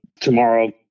tomorrow